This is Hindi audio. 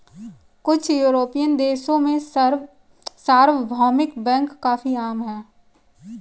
कुछ युरोपियन देशों में सार्वभौमिक बैंक काफी आम हैं